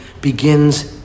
begins